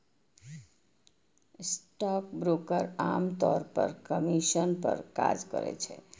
stockbroker आम तौर पर कमीशन पर काज करै छै